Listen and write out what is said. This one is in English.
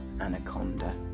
anaconda